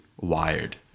wired